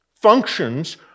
functions